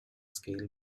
scale